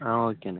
ஆ ஓகேண்ண